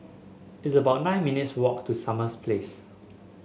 it's about nine minutes' walk to Summer Place